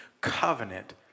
covenant